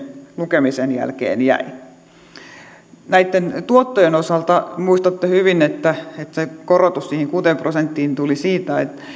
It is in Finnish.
lukemisen jälkeen jäi näitten tuottojen osalta muistatte hyvin että se korotus siihen kuuteen prosenttiin tuli siitä että